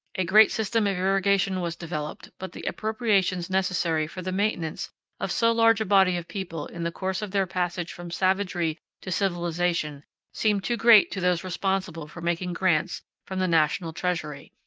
a great system of irrigation was developed but the appropriations necessary for the maintenance of so large a body of people in the course of their passage from savagery to civilization seemed too great to those responsible for making grants from the national treasury,